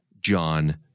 John